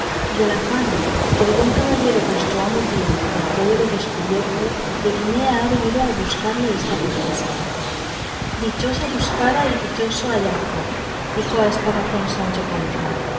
a la fama que de buen caballero vuestro amo tiene por todo lo descubierto de guinea ha venido a buscarle esta princesa dichosa buscada y dichoso hallazgo dijo a esta sazón sancho panza